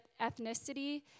ethnicity